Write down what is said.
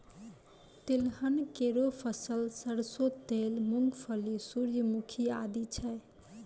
तिलहन केरो फसल सरसों तेल, मूंगफली, सूर्यमुखी आदि छै